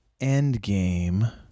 Endgame